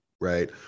right